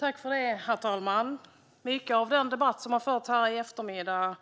Herr talman! Mycket av den debatt som har förts här i eftermiddag